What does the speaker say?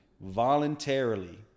voluntarily